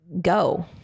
go